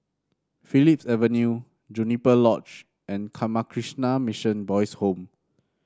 Phillips Avenue Juniper Lodge and Ramakrishna Mission Boys' Home